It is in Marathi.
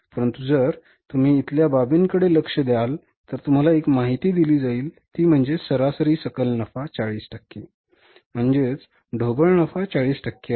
परंतु जर तुम्ही इथल्या बाबींकडे लक्ष द्याल तर तुम्हाला एक माहिती दिली जाईल ती म्हणजे सरासरी सकल नफा 40 टक्के म्हणजे ढोबळ नफा 40 टक्के आहे